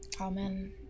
Amen